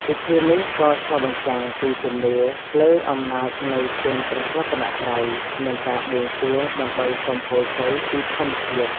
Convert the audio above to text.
ពិធីនេះក៏ឆ្លុះបញ្ចាំងពីជំនឿលើអំណាចនៃគុណព្រះរតនត្រ័យ និងការបួងសួងដើម្បីសុំពរជ័យពីធម្មជាតិ ។